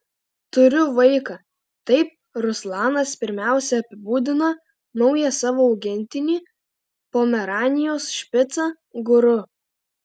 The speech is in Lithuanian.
turiu vaiką taip ruslanas pirmiausia apibūdina naują savo augintinį pomeranijos špicą guru